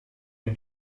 den